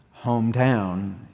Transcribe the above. hometown